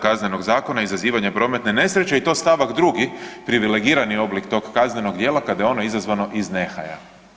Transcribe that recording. Kaznenog zakona izazivanja prometne nesreće i to stavak 2. privilegirani oblik tog kaznenog djela kada je ono izazvano iz nehaja.